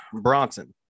bronson